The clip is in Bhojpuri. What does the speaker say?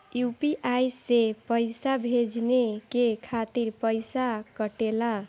यू.पी.आई से पइसा भेजने के खातिर पईसा कटेला?